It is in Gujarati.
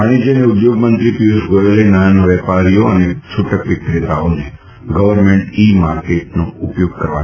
વાણિશ્ય અને ઉદ્યોગ મંત્રી પિયુષ ગોયલે નાના વેપારીઓ અને છૂટક વિક્રેતાઓને ગવર્મેન્ટ ઈ માર્કેટનો ઉપયોગ કરવા જણાવ્યું છે